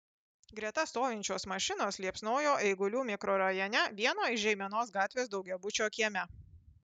greta stovinčios mašinos liepsnojo eigulių mikrorajone vieno iš žeimenos gatvės daugiabučio kieme